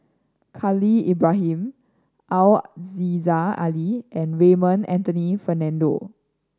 Khalil Ibrahim Aziza Ali and Raymond Anthony Fernando